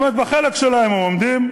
זאת אומרת, בחלק שלהם הם עומדים.